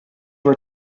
were